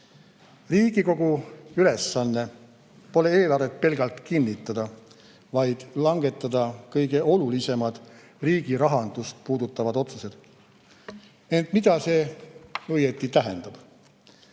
Riigikogu ülesanne pole eelarvet pelgalt kinnitada, vaid langetada kõige olulisemad riigirahandust puudutavad otsused. Ent mida see õieti tähendab?